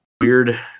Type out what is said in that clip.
weird